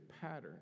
pattern